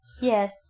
Yes